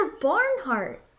Barnhart